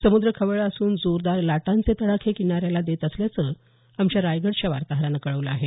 समुद्र खवळला असून जोरदार लाटांचे तडाखे किनाऱ्याला देत असल्याचं आमच्या रायगडच्या वार्ताहरानं कळवलं आहे